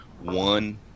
one